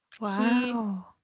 wow